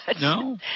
No